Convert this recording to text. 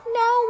no